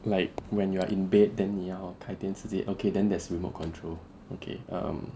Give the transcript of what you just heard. like when you are in bed then 你要开电视机 okay then there's remote control okay um